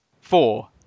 four